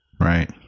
Right